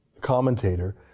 commentator